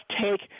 take